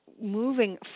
moving